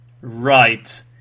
Right